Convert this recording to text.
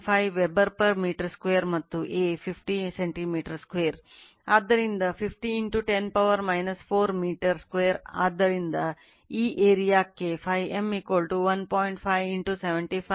5 x 75 10 4 weber